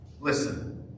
Listen